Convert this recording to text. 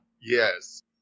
Yes